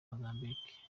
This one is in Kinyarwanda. mozambique